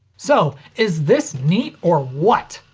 so. is this neat or what?